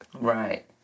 Right